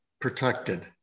protected